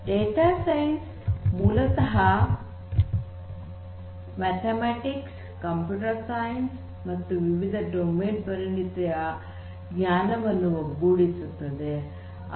data science ಮೂಲತಃ mathematics computer science ಮತ್ತು ವಿವಿಧ ಡೊಮೇನ್ ಪರಿಣತಿಗಳ ಜ್ಞಾನವನ್ನು ಒಗ್ಗೂಡಿಸುತ್ತದೆ